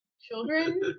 Children